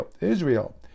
Israel